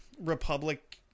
Republic